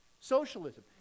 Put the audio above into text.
Socialism